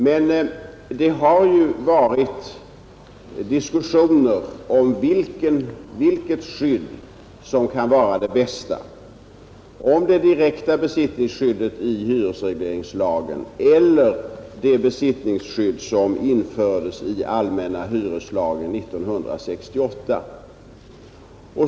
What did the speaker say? Men det har diskuterats vilket skydd som är det bästa, det direkta besittningsskyddet i hyresregleringslagen eller det besittningsskydd som infördes i allmänna hyreslagen 1968.